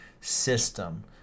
system